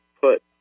put